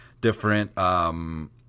different